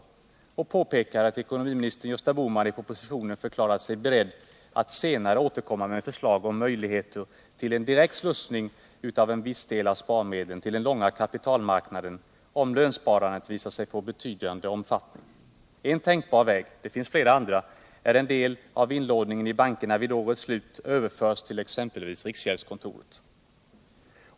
Utskottet påpekar att ekonomiministern Gösta Bohman i propositionen förklarat sig beredd att senare återkomma med förslag om möjligheter till en direkt slussning av en viss del av sparmedlen till den långa kapitalmarknaden om lönsparandet visar sig få betydande omfattning. En tänkbar väg — det finns flera andra — är att en del av inlåningen i bankerna vid årets slut överförs till exempelvis riksgäldskontoret.